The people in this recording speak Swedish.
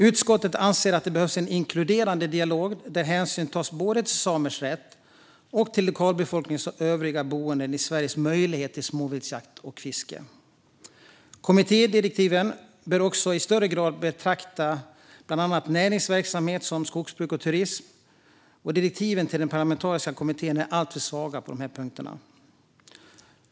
Utskottet anser att det behövs en inkluderande dialog där hänsyn tas till både samers rätt och till lokalbefolkningens och övriga boende i Sveriges möjlighet till småviltjakt och fiske. Kommittédirektiven bör också i större grad beakta bland annat näringsverksamhet som skogsbruk och turism. Direktiven till den parlamentariska kommittén är alltför svaga på de här punkterna.